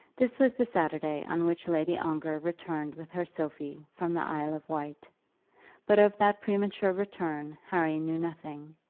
this was the saturday on which lady ongar returned with her sophie from the isle of wight but of that premature return harry knew nothing,